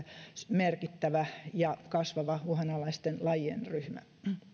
merkittävä ja kasvava uhanalaisten lajien ryhmä